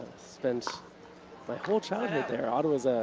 spent my whole childhood there. ottawa is